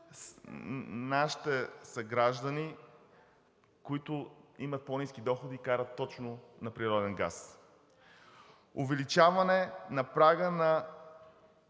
нашите съграждани, които имат по-ниски доходи, карат точно на природен газ. Увеличаване на прага на